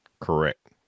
correct